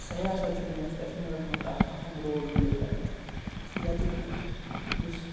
سَیاست چُھ وٕنۍکٮ۪نَس کَشمیٖرس منٛز اَکھ اَہم رول پٕلے کَران ییٚتیٚتھ نہٕ یُس